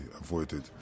avoided